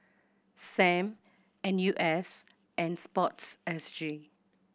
Sam N U S and Sports S G